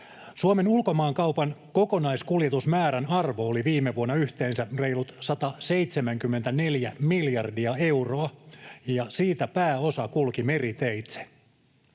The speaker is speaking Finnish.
Suomen ulkomaankaupan kokonaiskuljetusmäärän arvo oli viime vuonna yhteensä reilut 174 miljardia euroa, ja siitä pääosa kulki meriteitse.